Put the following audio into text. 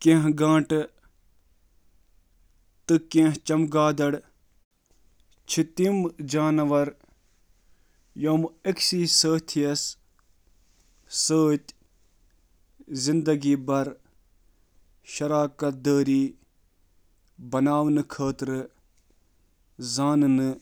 کینٛہہ جانور یم اکسی سٲتھی سۭتۍ زندگی بھر شراکتہٕ بناونہٕ خٲطرٕ زاننہٕ